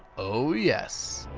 oh yes.